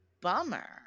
bummer